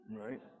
right